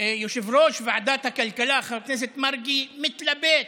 יושב-ראש ועדת הכלכלה חבר הכנסת מרגי מתלבט,